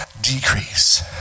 decrease